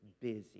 busy